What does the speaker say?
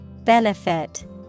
Benefit